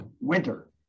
winter